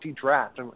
draft